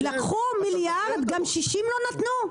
גם 60 לא נתנו?